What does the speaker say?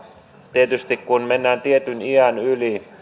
tietysti kun mennään tietyn iän yli